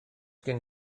gen